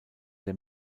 der